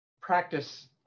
practice